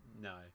No